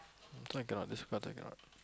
that's why I cannot this path I cannot